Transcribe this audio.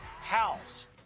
house